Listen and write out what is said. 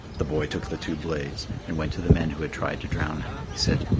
the boy took the two blades, and went to the men who had tried to drown him. he said,